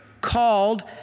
called